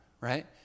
right